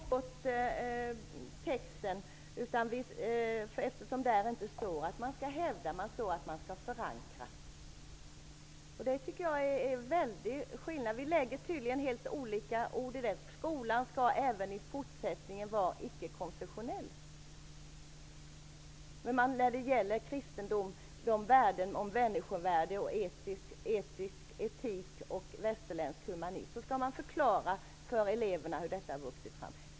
Herr talman! Vi har inte alls frångått texten, eftersom det inte står att man skall hävda. Där står att man skall förankra. Jag tycker att det är en väldig skillnad. Vi lägger tydligen helt olika betydelse i detta. Skolan skall även i fortsättningen vara icke-konfessionell. Man skall förklara för eleverna hur detta med kristendom, människovärde, etik och västerländsk humanism har vuxit fram.